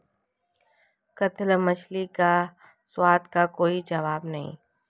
कतला मछली के स्वाद का कोई जवाब नहीं